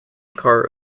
car